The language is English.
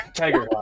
tiger